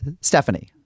Stephanie